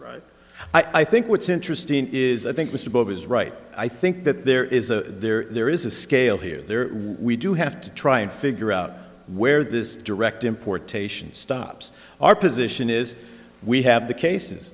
right i think what's interesting is i think mr bush is right i think that there is a there there is a scale here there we do have to try and figure out where this direct importation stops our position is we have the cases